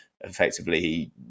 effectively